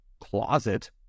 closet